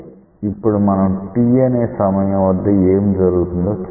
ఇప్పుడు మనం t అనే సమయం వద్ద ఏమి జరుగుతుందో చూద్దాం